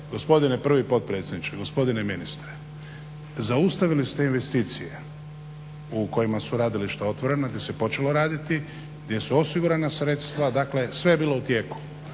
gospodine prvi potpredsjedniče, gospodine ministre, zaustavili ste investicije u kojima su radilišta otvorena, gdje se počelo raditi, gdje su osigurana sredstva, dakle sve je bilo u tijeku.